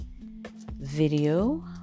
video